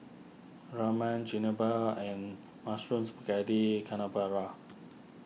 Ramen Chigenabe and Mushroom Spaghetti Carbonara